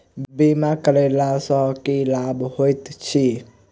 बीमा करैला सअ की लाभ होइत छी?